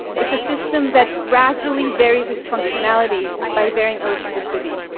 it's a system that gradually varies its functionality by varying elasticity.